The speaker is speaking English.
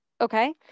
Okay